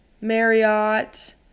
Marriott